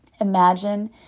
Imagine